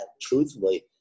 truthfully